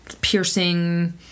piercing